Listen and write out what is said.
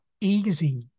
easy